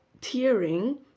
tearing